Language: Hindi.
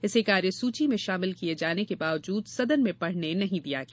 इसे कार्यसूची में शामिल किए जाने के बावजूद सदन में पढ़ने नहीं दिया गया